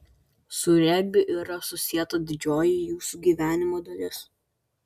su regbiu yra susieta didžioji jūsų gyvenimo dalis